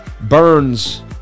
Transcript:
Burns